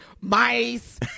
mice